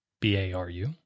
B-A-R-U